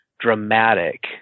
dramatic